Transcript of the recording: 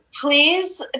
please